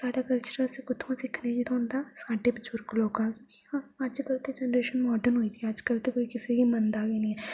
साढ़ा कल्चर असेंई कुथुआं सिक्खने गी थोह्ंदा साढ़े बुजुर्ग लोके थमां अजकल्ल दी जेनरेशन माडर्न होई दी अजकल्ल ते कोई किसे मनदा गे नेईं ऐ